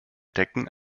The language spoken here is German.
decken